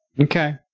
Okay